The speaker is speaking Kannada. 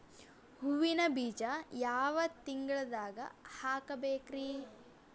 ಹೂವಿನ ಬೀಜ ಯಾವ ತಿಂಗಳ್ದಾಗ್ ಹಾಕ್ಬೇಕರಿ?